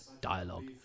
dialogue